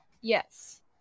Yes